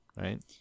Right